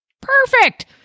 Perfect